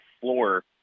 floor